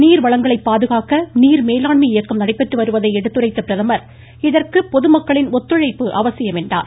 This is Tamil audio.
நீர்வளங்களை பாதுகாக்க நீர்மேலாண்மை இயக்கம் நடைபெற்று வருவதை எடுத்துரைத்த பிரதமர் இதற்கு பொதுமக்களின் ஒத்துழைப்பு அவசியம் என்றார்